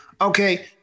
Okay